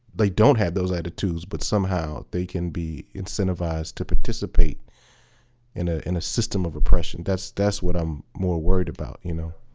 they don't have those attitudes but somehow they can be incentivized to participate in ah in a system of oppression. that's that's what i'm more worried about. you know